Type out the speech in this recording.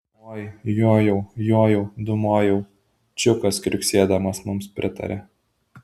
oi jojau jojau dūmojau čiukas kriuksėdamas mums pritaria